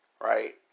right